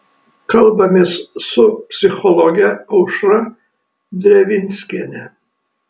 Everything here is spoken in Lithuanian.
kalbamės su psichologe aušra drevinskiene